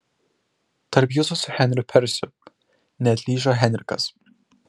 tarp jūsų su henriu persiu neatlyžo henrikas